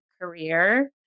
career